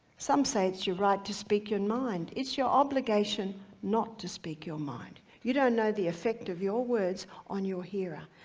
some say it's your right to speak your mind. it's your obligation not to speak your mind. you don't know the effect of your words on your hearer.